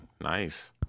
nice